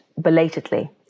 belatedly